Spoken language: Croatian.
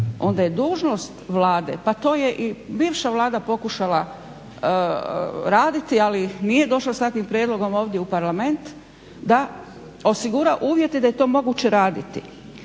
onda je dužnost Vlade, pa to je i bivša Vlada pokušala raditi ali nije došla s takvim prijedlogom ovdje u Parlament, da osigura uvjete da je to moguće raditi.